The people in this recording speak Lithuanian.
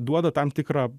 duoda tam tikrą